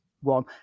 one